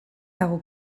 dago